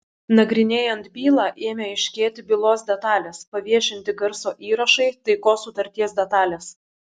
nagrinėjant bylą ėmė aiškėti bylos detalės paviešinti garso įrašai taikos sutarties detalės